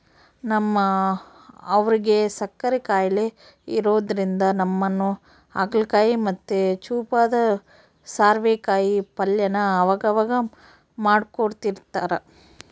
ನಮ್ ಅವ್ವುಗ್ ಸಕ್ಕರೆ ಖಾಯಿಲೆ ಇರೋದ್ರಿಂದ ನಮ್ಮಮ್ಮ ಹಾಗಲಕಾಯಿ ಮತ್ತೆ ಚೂಪಾದ ಸ್ವಾರೆಕಾಯಿ ಪಲ್ಯನ ಅವಗವಾಗ ಮಾಡ್ಕೊಡ್ತಿರ್ತಾರ